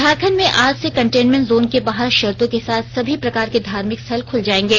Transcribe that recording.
झारखंड में आज से कंटेन्मेंट जोन के बाहर शर्तो के साथ सभी प्रकार के धार्मिक स्थल खुल जायेंगे